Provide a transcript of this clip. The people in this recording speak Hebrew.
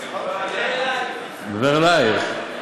אני מדבר אלייך.